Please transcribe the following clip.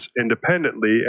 independently